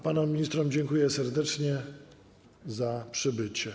Panom ministrom dziękuję serdecznie za przybycie.